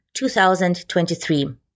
2023